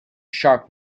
sharp